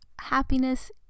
happiness